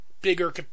bigger